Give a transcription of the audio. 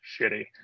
shitty